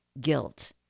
guilt